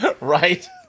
right